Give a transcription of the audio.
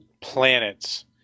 planets